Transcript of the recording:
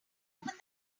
opened